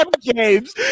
games